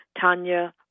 Tanya